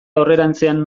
aurrerantzean